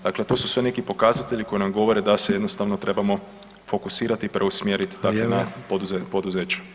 Dakle, to su sve neki pokazatelji koji nam govore da se jednostavno trebamo fokusirati i preusmjerit dakle na poduzeća.